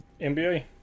NBA